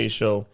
show